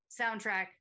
soundtrack